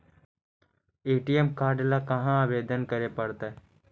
ATM card ल कहा आवेदन करे पड़तै?